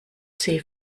see